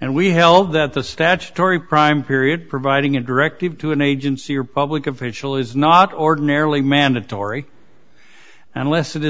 and we held that the statutory prime period providing a directive to an agency or public official is not ordinarily mandatory unless it is